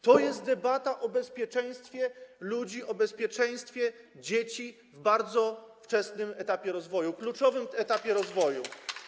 To jest debata o bezpieczeństwie ludzi, o bezpieczeństwie dzieci w bardzo wczesnym etapie rozwoju, kluczowym etapie rozwoju.